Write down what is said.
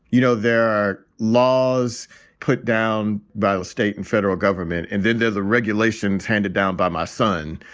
you know, there are laws put down by state and federal government and then there are the regulations handed down by my son,